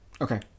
okay